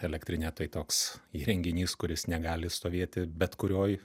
elektrinė tai toks įrenginys kuris negali stovėti bet kurioj